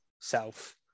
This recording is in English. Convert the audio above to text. self